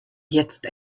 jetzt